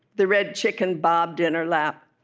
the red chicken bobbed in her lap.